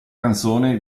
canzone